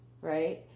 Right